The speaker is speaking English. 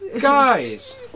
guys